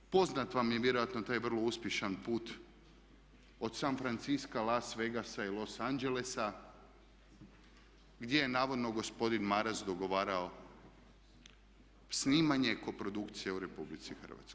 Poznat vam je vjerojatno taj vrlo uspješan put od San Franciska, Las Vegasa i Los Angelesa gdje je navodno gospodin Maras dogovarao snimanje koprodukcija u RH.